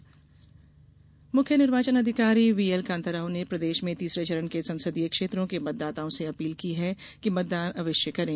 मतदान अपील मुख्य निर्वाचन पदाधिकारी व्हीएल कान्ता राव ने प्रदेश में तीसरे चरण के संसदीय क्षेत्रों के मतदाताओं से अपील की है कि मतदान अवश्य करें